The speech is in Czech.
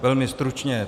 Velmi stručně.